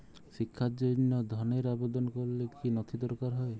শিক্ষার জন্য ধনের আবেদন করলে কী নথি দরকার হয়?